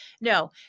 no